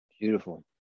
Beautiful